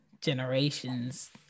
generations